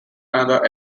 another